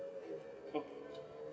oh